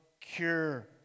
cure